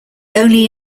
only